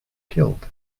killed